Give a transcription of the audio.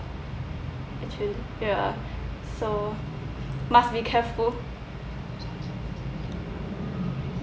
actually ya so must be careful